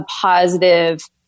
positive